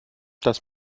das